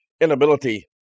Inability